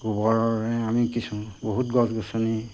গোবৰেৰে আমি কিছু বহুত গছ গছনি